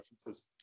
references